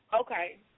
Okay